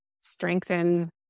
strengthen